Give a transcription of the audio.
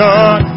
God